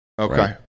Okay